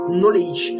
knowledge